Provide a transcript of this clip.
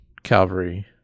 Calvary